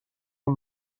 اون